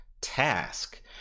task